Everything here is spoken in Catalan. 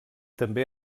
també